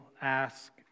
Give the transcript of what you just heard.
ask